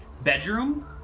bedroom